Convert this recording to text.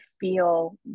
feel